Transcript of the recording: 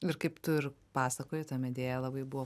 ir kaip tu ir pasakojai ta medėja labai buvo